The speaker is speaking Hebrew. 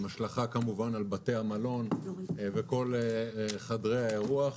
עם השלכה כמובן על בתי המלון וכל חדרי האירוח,